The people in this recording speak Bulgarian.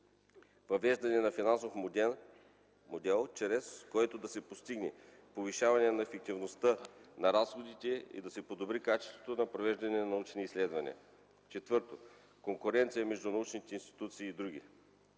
Въвеждане на финансов модел, чрез който да се постигне повишаване на ефективността на разходите и да се подобри качеството на провежданите научни изследвания. 4. Конкуренцията между научните институти и други.